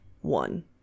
one